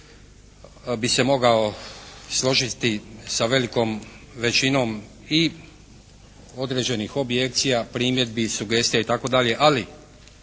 bi se mogao složiti sa velikom većinom i određenih objekcija, primjedbi, sugestija itd.,